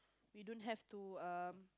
we don't have to um